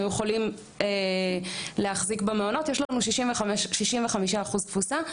יכולים להחזיק במעונות יש לנו 65% תפוסה,